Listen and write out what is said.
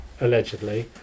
allegedly